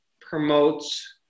promotes